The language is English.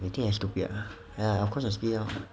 think I stupid ah ya of course I spit it out